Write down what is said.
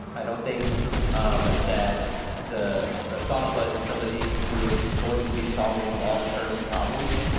i don't think that the the thought was in some of these we were going to be solving long-term problems.